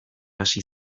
hasi